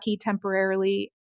temporarily